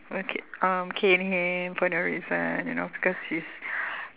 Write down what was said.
work it um cane him for no reason you know because he's